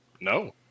No